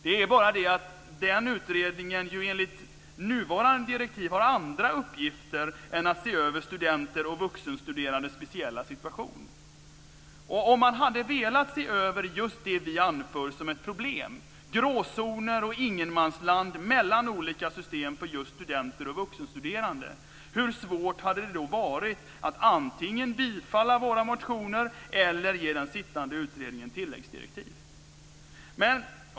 Det är bara det att den utredningen ju enligt nuvarande direktiv har andra uppgifter än att se över studenters och vuxenstuderandes speciella situation. Och om man hade velat se över just det som vi anför som ett problem - gråzoner och ingenmansland mellan olika system för just studenter och vuxenstuderande - hur svårt hade det då varit att antingen bifalla våra motioner eller att ge den sittande utredningen tilläggsdirektiv?